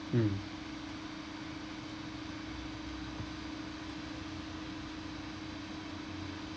mm